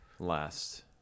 Last